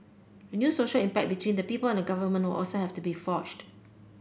a new social impact between the people and government will also have to be forged